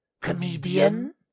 Comedian